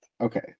Okay